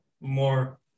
more